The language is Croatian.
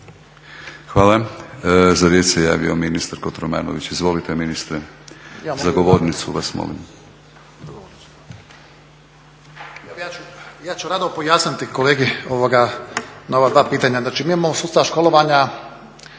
Hvala. Za riječ se javio ministar Kotromanović. Izvolite ministre. Za govornicu vas molim.